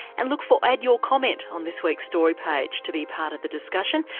and look for add your comment on this week's story page to be part of the discussion,